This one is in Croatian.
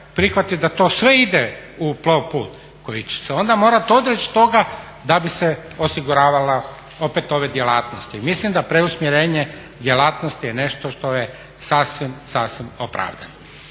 prihvatiti da to sve ide u Plovput koji će se onda morati odreći toga da bi se osiguravala opet ove djelatnosti. Mislim da preusmjerenje djelatnosti je nešto što je sasvim, sasvim opravdano.